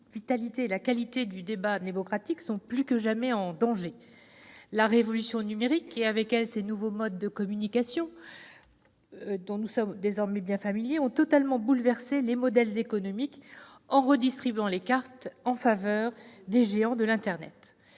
la vitalité et la qualité du débat démocratique sont plus que jamais en danger. En effet, la révolution numérique et, avec elle, les nouveaux modes de communication dont nous sommes désormais familiers ont totalement bouleversé les modèles économiques en redistribuant les cartes en faveur des géants de l'internet.